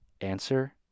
Answer